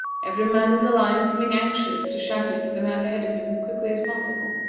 every man in the line seeming anxious to shout it to the man ahead of him as quickly as possible.